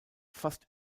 fast